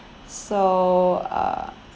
so uh